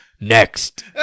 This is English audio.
next